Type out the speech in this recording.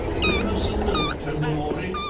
will you have some milk, tobermory?